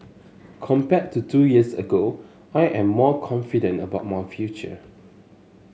compared to two years ago I am more confident about my future